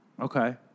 Okay